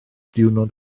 diwrnod